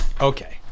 Okay